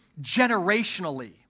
generationally